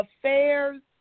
affairs